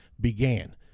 began